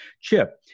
Chip